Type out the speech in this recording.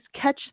catch